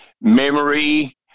memory